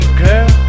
girl